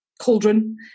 cauldron